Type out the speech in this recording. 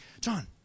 John